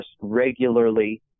regularly